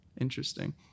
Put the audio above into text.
interesting